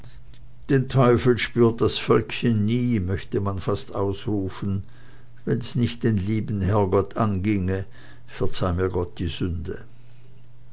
den teufel spürt das völkchen nie möchte man fast ausrufen wenn's nicht den lieben herrgott anginge verzeih mir gott die sünde